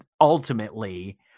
ultimately